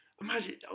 Imagine